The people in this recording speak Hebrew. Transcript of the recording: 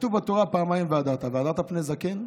כתוב בתורה פעמיים "והדרת": "והדרת פני זקן",